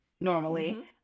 normally